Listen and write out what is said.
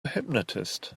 hypnotist